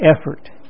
effort